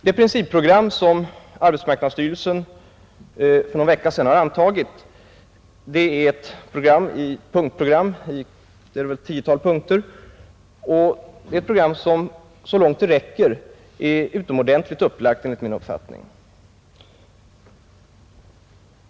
Det principprogram som arbetsmarknadsstyrelsen för någon vecka sedan har antagit är ett program i ett tiotal punkter, ett program som så långt det räcker är utomordentligt upplagt, enligt min uppfattning.